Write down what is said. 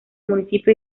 municipio